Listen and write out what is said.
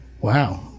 Wow